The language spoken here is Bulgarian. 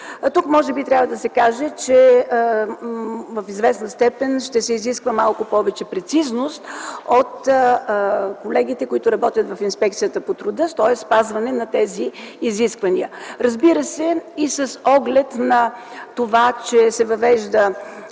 Може би тук трябва да се каже, че в известна степен ще се изисква малко повече прецизност от колегите, които работят в Инспекцията по труда, т.е. спазване на тези изисквания. С оглед на това, че се въвежда